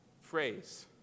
phrase